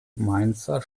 mainzer